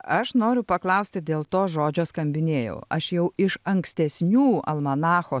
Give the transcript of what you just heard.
aš noriu paklausti dėl to žodžio skambinėjau aš jau iš ankstesnių almanacho